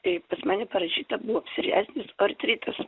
tai pas mane parašyta buvo psoriazinis artritas